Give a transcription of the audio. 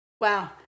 Wow